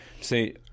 See